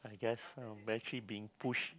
yes uh we're actually being pushed